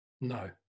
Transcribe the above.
No